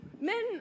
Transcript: Men